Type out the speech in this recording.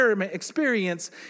experience